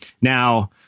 Now